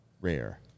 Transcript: rare